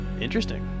Interesting